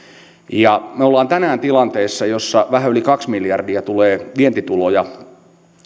ja me olemme tänään tilanteessa jossa vähän yli kaksi miljardia tulee vientituloja